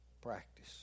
practice